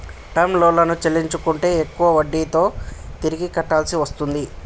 term లోన్లను చెల్లించకుంటే ఎక్కువ వడ్డీతో తిరిగి కట్టాల్సి వస్తుంది